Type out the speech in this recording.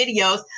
videos